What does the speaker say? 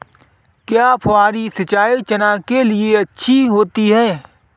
क्या फुहारी सिंचाई चना के लिए अच्छी होती है?